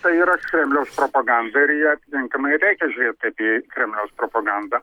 tai yra kremliaus propaganda ir į ją atitinkamai reikia žiūrėti į kremliaus propagandą